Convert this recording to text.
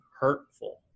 hurtful